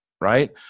right